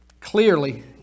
Clearly